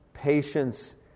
Patience